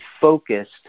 focused